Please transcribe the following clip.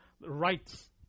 rights